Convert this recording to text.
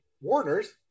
Warner's